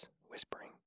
whispering